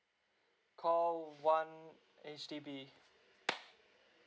call one H_D_B